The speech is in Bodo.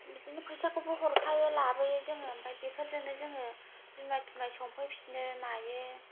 बिदिनो फैसाखौबो हरखायो लाबोयो जोङो ओमफाय बेफोरजोंनो जोङो जुमाय थुमाय संफैफिनो मायो